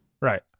Right